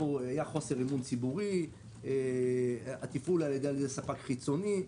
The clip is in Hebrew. היה חוסר אמון ציבורי, הטיפול על ידי ספק חיצוני.